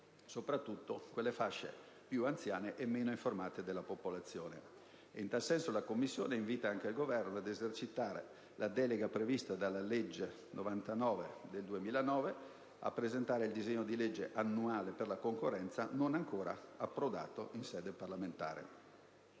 soprattutto quelle fasce più anziane e meno informate della popolazione. In tal senso, la Commissione invita anche il Governo ad esercitare la delega prevista nella legge n. 99 del 2009 e a presentare il disegno di legge annuale per la concorrenza, non ancora approdato in sede parlamentare.